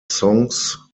songs